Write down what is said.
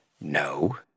No